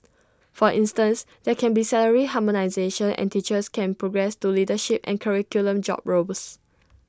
for instance there can be salary harmonisation and teachers can progress to leadership and curriculum job roles